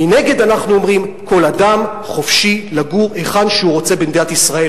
מנגד אנחנו אומרים: כל אדם חופשי לגור היכן שהוא רוצה במדינת ישראל,